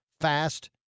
fast